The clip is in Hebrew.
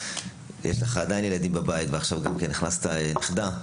יש לך עדיין ילדים בבית ועכשיו גם הכנסת נכדה,